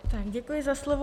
Děkuji za slovo.